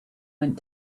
went